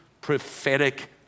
prophetic